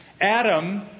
Adam